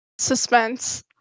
Suspense